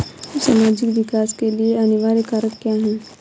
सामाजिक विकास के लिए अनिवार्य कारक क्या है?